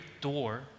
door